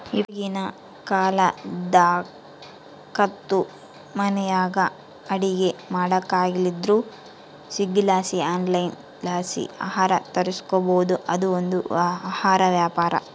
ಇವಾಗಿನ ಕಾಲದಾಗಂತೂ ಮನೆಯಾಗ ಅಡಿಗೆ ಮಾಡಕಾಗಲಿಲ್ಲುದ್ರ ಸ್ವೀಗ್ಗಿಲಾಸಿ ಆನ್ಲೈನ್ಲಾಸಿ ಆಹಾರ ತರಿಸ್ಬೋದು, ಅದು ಒಂದು ಆಹಾರ ವ್ಯಾಪಾರ